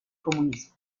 comunismo